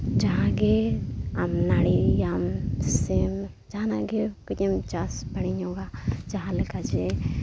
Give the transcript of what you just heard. ᱡᱟᱦᱟᱸ ᱜᱮ ᱟᱢ ᱱᱟᱹᱲᱤᱭᱟᱢ ᱥᱮᱢ ᱡᱟᱦᱟᱱᱟᱜ ᱜᱮ ᱠᱟᱹᱡ ᱮᱢ ᱪᱟᱥ ᱵᱟᱲᱤ ᱧᱚᱜᱼᱟ ᱡᱟᱦᱟᱸ ᱞᱮᱠᱟ ᱡᱮ